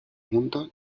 juntos